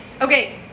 Okay